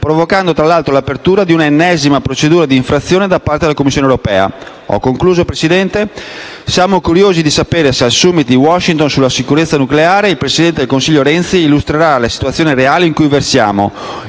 provocando tra l'altro l'apertura di una ennesima procedura di infrazione da parte della Commissione europea. Concludendo, signor Presidente, siamo curiosi di sapere se al *summit* di Washington sulla sicurezza nucleare il presidente del Consiglio Renzi illustrerà la situazione reale in cui versiamo,